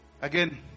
Again